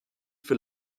für